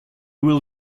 will